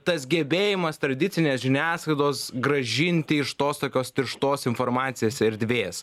tas gebėjimas tradicinės žiniasklaidos grąžinti iš tos tokios tirštos informacinės erdvės